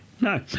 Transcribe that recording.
No